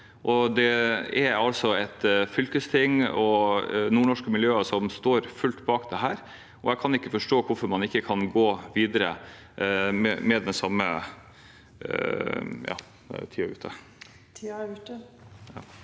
altså et fylkesting og nordnorske miljøer som står fullt ut bak dette, og jeg kan ikke forstå hvorfor man ikke kan gå videre med det samme … ja, der